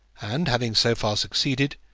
and having so far succeeded,